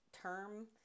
term